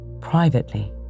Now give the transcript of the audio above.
privately